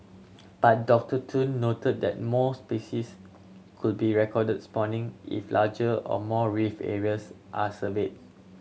but Doctor Tun noted that more species could be recorded spawning if larger or more reef areas are surveyed